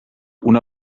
una